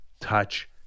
touch